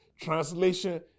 translation